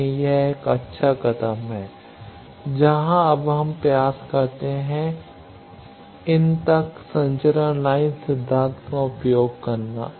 इसलिए यह एक अच्छा कदम है जहां अब हम प्रयास कर सकते हैं इन तक संचरण लाइन सिद्धांत का उपयोग करना